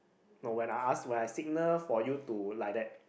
no when I ask when I signal for you to like that